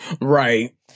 Right